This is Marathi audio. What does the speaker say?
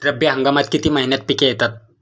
रब्बी हंगामात किती महिन्यांत पिके येतात?